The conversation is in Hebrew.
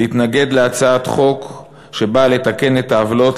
להתנגד להצעת חוק שבא לתקן את העוולות